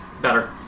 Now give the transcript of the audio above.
Better